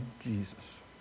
Jesus